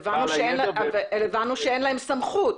הבנו שאין להם סמכות.